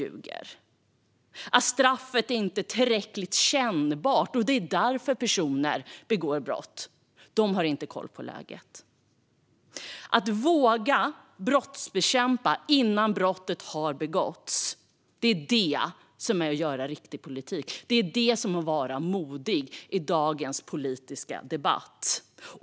De som säger att straffet inte är tillräckligt kännbart och att det är därför personer begår brott har inte koll på läget. Att våga brottsbekämpa innan brott begås är riktigt politik. Det är att vara modig i dagens politiska debatt.